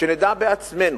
שנדע בעצמנו,